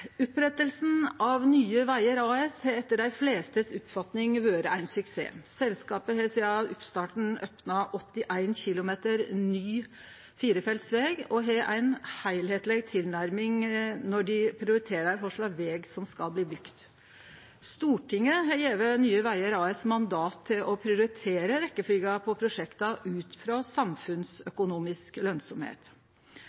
av Nye Vegar AS har etter oppfatninga til dei fleste vore ein suksess. Selskapet har sidan oppstarten opna 81 km ny firefeltsveg og har ei heilskapleg tilnærming når dei prioriterer kva for veg som skal bli bygd. Stortinget har gjeve Nye Vegar AS mandat til å prioritere rekkefylgja på prosjekta ut frå